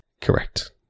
correct